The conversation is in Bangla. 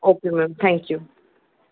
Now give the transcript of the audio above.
okay ma'am thank you